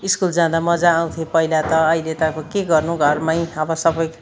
school जाँदा मजा आउँथ्यो पहिला त अहिले त अब के गर्नु घरमै अब सबै